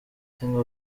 cyangwa